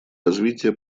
развитие